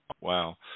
wow